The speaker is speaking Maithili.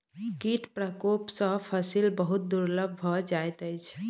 कीट प्रकोप सॅ फसिल बहुत दुर्बल भ जाइत अछि